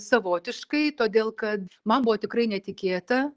savotiškai todėl kad man buvo tikrai netikėta